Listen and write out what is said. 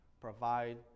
Provide